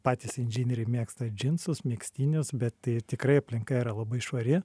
patys inžinieriai mėgsta džinsus megztinius bet tai tikrai aplinka yra labai švari